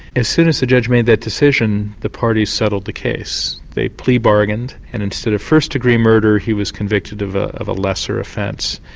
as soon as the judge made that decision the parties settled the case. they plea-bargained, and instead of first degree murder he was convicted of of a lesser offence.